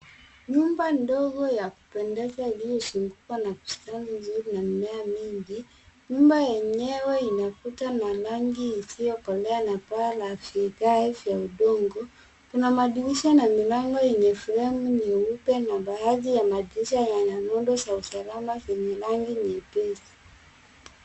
Nyumba ndogo ya kupendeza iliyo zungukwa na bustani mzuri na mimea mingi, nyumba enyewe ina kuta na rangi isiyo kolea na paa la vigae vya udongo. Kuna madirisha na milango yenye fremu nyeupe na baadhi ya madirisha yana nundu za usalama yenye rangi nyepesi.